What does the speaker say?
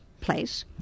place